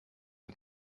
and